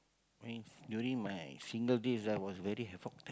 and during my single days ah I was very havoc